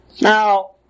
Now